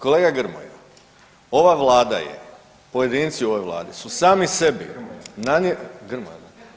Kolega Grmoja, ova Vlada je, pojedinci u ovoj Vladi su sami sebi nanijeli, Gmoja?